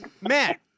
matt